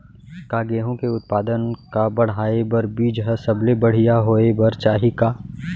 का गेहूँ के उत्पादन का बढ़ाये बर बीज ह सबले बढ़िया होय बर चाही का?